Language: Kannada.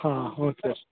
ಹಾಂ ಓಕೆ